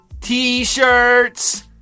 T-shirts